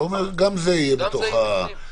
גם זה יהיה בפנים.